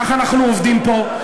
כך אנחנו עובדים פה.